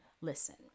Listen